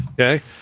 Okay